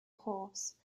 horse